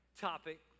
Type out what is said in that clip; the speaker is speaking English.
topic